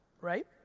right